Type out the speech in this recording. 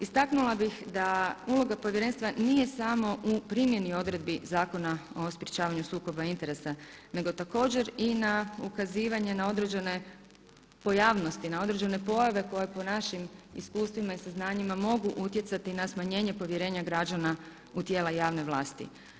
Istaknula bih da uloga povjerenstva nije samo u primjeni odredbi Zakona o sprječavanju sukoba interesa nego također i na ukazivanje ne određene pojavnosti, na određene pojave koje po našim iskustvima i saznanjima mogu utjecati na smanjenje povjerenja građana u tijela javne vlasti.